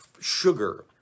sugar